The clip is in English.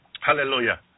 Hallelujah